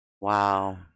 Wow